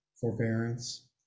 forbearance